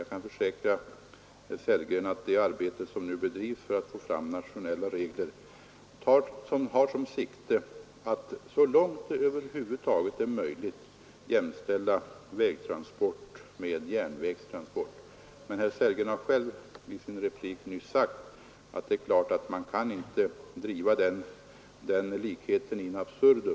Jag kan försäkra herr Sellgren att det arbete som nu bedrivs för att få fram nationella regler för vägtransporter siktar till att så långt det över huvud taget är möjligt jämställa vägtransport med järnvägstransport. Men herr Sellgren sade själv i sin replik nyss att man inte kan driva den likheten in absurdum.